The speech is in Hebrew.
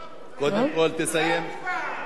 קודם כול, תסיים, למה?